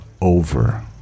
over